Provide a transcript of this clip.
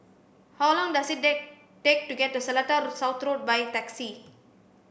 how long does it take take to get to Seletar South Road by taxi